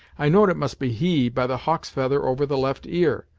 i know'd it must be he, by the hawk's feather over the left ear,